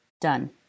Done